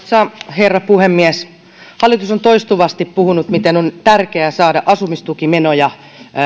herra puhemies hallitus on toistuvasti puhunut miten on tärkeää saada asumistukimenoja